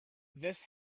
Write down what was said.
this